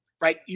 Right